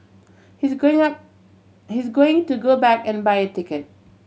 he's going up he's going to go back and buy a ticket